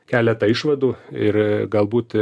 keletą išvadų ir galbūt